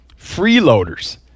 freeloaders